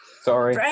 sorry